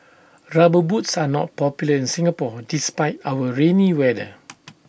rubber boots are not popular in Singapore despite our rainy weather